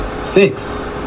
six